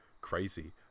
crazy